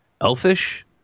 elfish